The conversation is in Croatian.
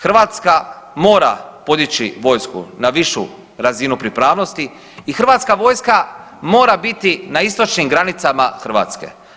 Hrvatska mora podići vojsku na višu razinu pripravnosti i Hrvatska vojska mora biti na istočnim granicama Hrvatske.